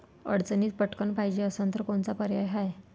अडचणीत पटकण पायजे असन तर कोनचा पर्याय हाय?